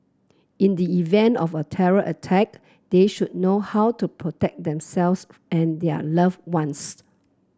in the event of a terror attack they should know how to protect themselves and their loved ones